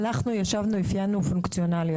אנחנו ישבנו ועשינו אפיון פונקציונלי.